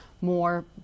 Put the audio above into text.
more